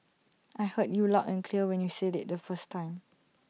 I heard you loud and clear when you said IT the first time